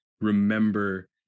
remember